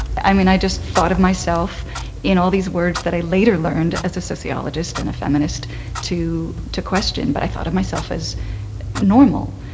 i mean, i just thought of myself in all these words that i later learned as a sociologist and a feminist to to question, but i thought of myself as normal.